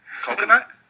coconut